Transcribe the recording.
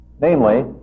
namely